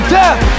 death